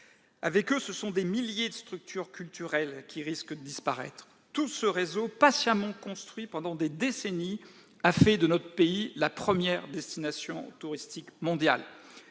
Avec eux, ce sont des milliers de structures culturelles qui risquent de disparaître. Tout ce réseau patiemment construit pendant des décennies a fait de notre pays la première destination touristique mondiale.